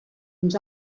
uns